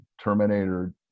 Terminator